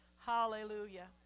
Hallelujah